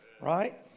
right